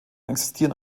existieren